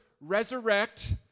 resurrect